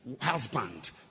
husband